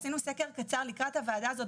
עשינו סקר קצר לקראת הוועדה הזאת,